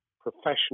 professional